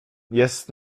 jest